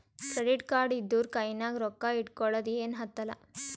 credit card ಇದ್ದೂರ ಕೈನಾಗ್ ರೊಕ್ಕಾ ಇಟ್ಗೊಳದ ಏನ್ ಹತ್ತಲಾ